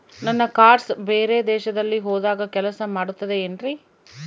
ನನ್ನ ಕಾರ್ಡ್ಸ್ ಬೇರೆ ದೇಶದಲ್ಲಿ ಹೋದಾಗ ಕೆಲಸ ಮಾಡುತ್ತದೆ ಏನ್ರಿ?